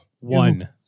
one